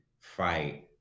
fight